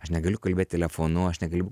aš negaliu kalbėt telefonu aš negaliu